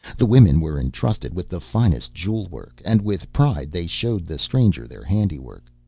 the women were intrusted with the finest jewel work, and with pride they showed the stranger their handiwork.